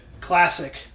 Classic